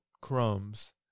crumbs